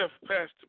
Pastor